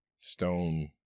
stone